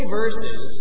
verses